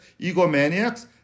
egomaniacs